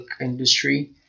industry